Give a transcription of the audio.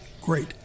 great